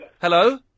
Hello